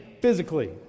Physically